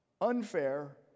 unfair